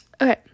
Okay